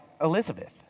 Elizabeth